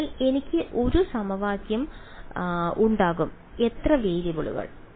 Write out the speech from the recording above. അതിനാൽ എനിക്ക് 1 സമവാക്യം ഉണ്ടാകും എത്ര വേരിയബിളുകൾ